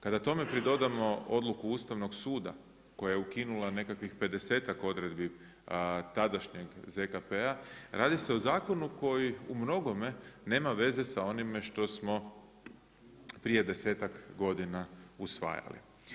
Kada tome pridodamo odluku Ustavnog suda, koje je ukinula nekakvih pedesetak odredbi tadašnjeg ZKP-a, radi se o zakonu koji u mnogome nema veze sa onime što smo prije desetak godina usvajali.